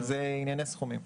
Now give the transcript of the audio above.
זה ענייני סכומים.